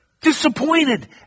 disappointed